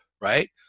right